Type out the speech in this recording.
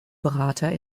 berater